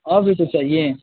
और भी कुछ चाहिए